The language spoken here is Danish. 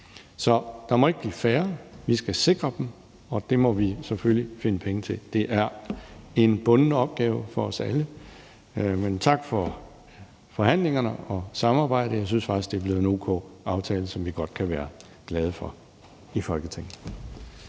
Så der må ikke blive færre. Vi skal sikre dem, og det må vi selvfølgelig finde penge til. Det er en bunden opgave for os alle. Men tak for forhandlingen og for samarbejdet. Jeg synes faktisk, at det er blevet en o.k. aftale, som vi godt kan være glade for i Folketinget.